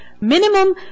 Minimum